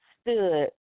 stood